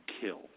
kill